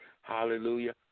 hallelujah